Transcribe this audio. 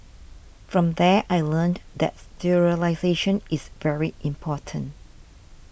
from there I learnt that sterilisation is very important